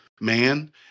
man